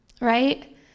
Right